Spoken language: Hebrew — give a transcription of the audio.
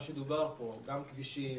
מה שדובר פה גם כבישים,